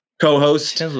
co-host